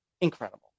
Incredible